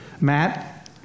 Matt